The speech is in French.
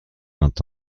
vingt